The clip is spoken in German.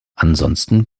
ansonsten